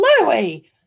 Louis